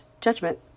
judgment